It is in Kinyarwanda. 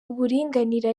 uburinganire